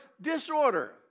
disorder